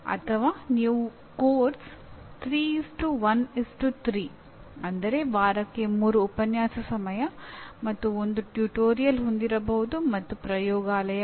ಅಥವಾ ನೀವು ಪಠ್ಯಕ್ರಮ 3 1 0 ವಾರಕ್ಕೆ 3 ಉಪನ್ಯಾಸ ಸಮಯ ಮತ್ತು 1 ಟ್ಯುಟೋರಿಯಲ್ ಹೊಂದಿರಬಹುದು ಮತ್ತು ಪ್ರಯೋಗಾಲಯವಿಲ್ಲ